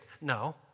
No